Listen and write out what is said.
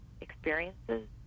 experiences